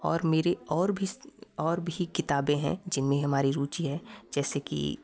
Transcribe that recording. और मेरे और भी किताबे हैं जिनमे हमारी रुचि है जैसे कि